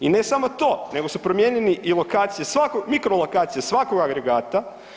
I ne samo to, nego su promijenjeni i lokacije, svakog, mikrolokacije svakog agregata.